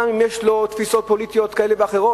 גם אם יש לו תפיסות פוליטיות כאלה ואחרות,